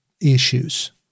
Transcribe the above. issues